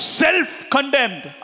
self-condemned